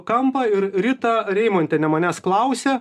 kampą ir rita reimontenė manęs klausia